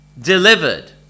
delivered